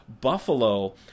Buffalo